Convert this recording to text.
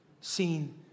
seen